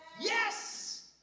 Yes